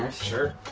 um sure